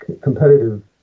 competitive